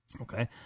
Okay